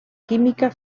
química